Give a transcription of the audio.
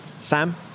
Sam